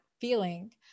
feeling